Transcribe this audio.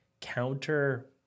counter